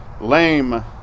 lame